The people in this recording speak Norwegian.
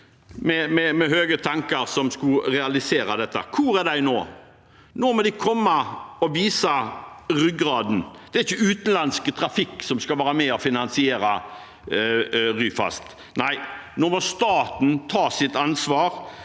med høye tanker som skulle realisere dette? Hvor er de nå? Nå må de komme og vise at de har ryggrad. Det er ikke utenlandsk trafikk som skal være med og finansiere Ryfast. Nei, nå må staten ta sitt ansvar